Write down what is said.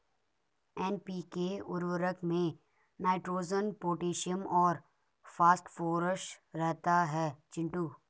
NPK उर्वरक में nitrogen potassium और फास्फोरस रहता है चिंटू